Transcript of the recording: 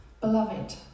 beloved